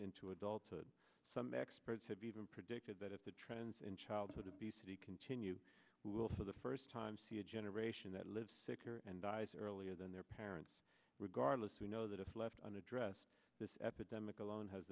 into adulthood some experts have even predicted that if the trends in childhood obesity continue we will for the first time see a generation that live sicker and dies earlier than their parents regardless we know that if left unaddressed this epidemic alone has